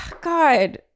God